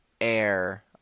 air